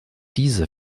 diese